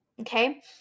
Okay